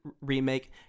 remake